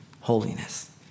Holiness